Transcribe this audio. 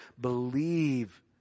Believe